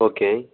okay